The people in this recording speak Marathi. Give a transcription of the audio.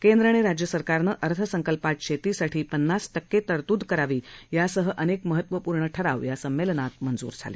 केंद्र आणि राज्य सरकारनं अर्थसंकल्पात शेतीसाठी पन्नास टक्के तरतूद करावी यासह अनेक महत्वपूर्ण ठराव या संमेलनात मंजूर झाले